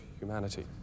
humanity